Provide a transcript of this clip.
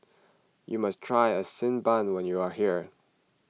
you must try Xi Ban when you are here